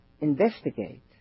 investigate